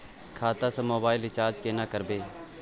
खाता स mobile recharge केना करबे?